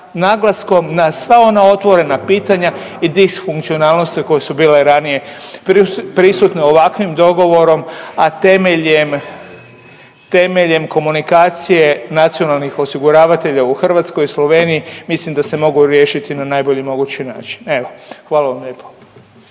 naglaskom na sva ona otvorena pitanja i disfunkcionalnosti koje su bile ranije prisutne ovakvim dogovorom, a temeljem komunikacije nacionalnih osiguravatelja u Hrvatskoj, Sloveniji mislim da se mogu riješiti na najbolji mogući način. Evo, hvala vam lijepo.